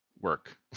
work